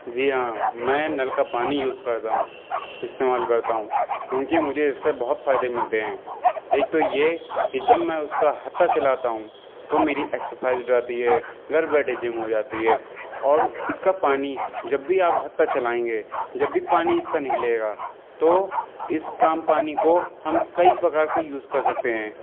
جی ہاں میں نل کا پانی یوز کررہا ہوں استعمال کرتا ہوں کیونکہ مجھے اس سے بہت فائدے ملتے ہیں ایک تو یہ کہ جب میں اس کا ہتا چلاتا ہوں تو میری ایکساسائز ہو جاتی ہے گھر بیٹھے جم ہو جاتی ہے اور اس کا پانی جب بھی آپ ہتا چلائیں گے جب بھی پانی اس کا نکلے گا تو اس کام پانی کو ہم کئی پرکار کے یوز کر سکتے ہیں